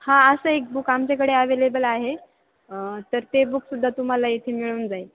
हा असं एक बुक आमच्याकडे अवेलेबल आहे तर ते बुकसुद्धा तुम्हाला इथे मिळून जाईल